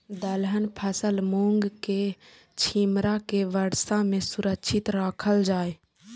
दलहन फसल मूँग के छिमरा के वर्षा में सुरक्षित राखल जाय?